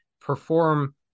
perform